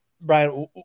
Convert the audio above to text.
Brian